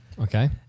Okay